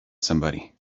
somebody